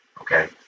okay